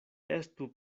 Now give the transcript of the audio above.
estu